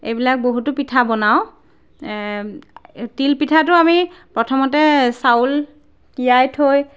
এইবিলাক বহুতো পিঠা বনাওঁ তিল পিঠাটো আমি প্ৰথমতে চাউল তিয়াই থৈ